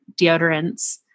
deodorants